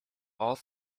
all